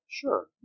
Sure